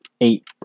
eight